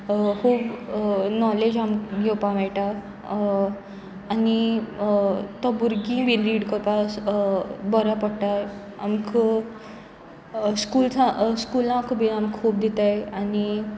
खूब नॉलेज आम घेवपाक मेळटा आनी तो भुरगीं बी रीड करपाक बरो पडटा आमकां स्कूल स्कुलांक बी आमकां खूब दिताय आनी